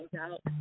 out